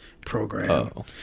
program